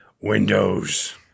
Windows